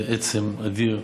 זה עצם אדיר,